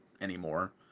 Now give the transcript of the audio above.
anymore